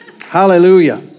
Hallelujah